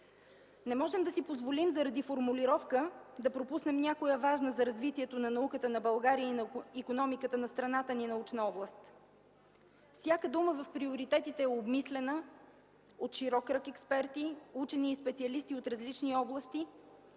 Не можем да си позволим заради формулировка да пропуснем някоя важна за развитието на науката на България и на икономиката на страната ни научна област. Всяка дума в приоритетите е обмислена от широк кръг експерти, учени и специалисти от различни области,